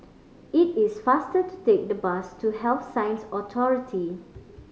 it is faster to take the bus to Health Sciences Authority